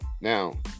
Now